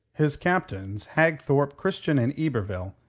his captains, hagthorpe, christian, and yberville,